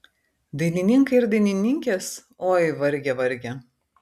dainininkai ir dainininkės oi varge varge